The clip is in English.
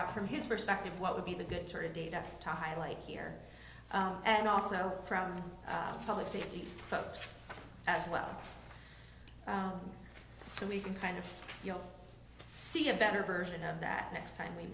out from his perspective what would be the good sort of data to highlight here and also for our public safety folks as well so we can kind of you know see a better version of that next time we